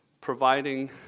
providing